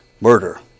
Murder